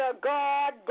God